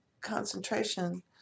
concentration